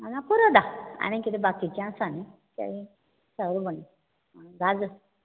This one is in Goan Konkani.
पुरो धा आनी कितें बाकीचें आसा न्हय